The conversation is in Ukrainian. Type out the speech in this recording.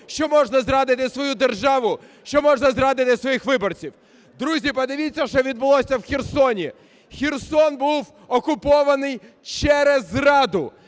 що можна зрадити свою державу, що можна зрадити своїх виборців. Друзі, подивіться, що відбулося в Херсоні. Херсон був окупований через зраду,